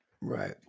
Right